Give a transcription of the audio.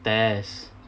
test